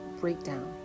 breakdown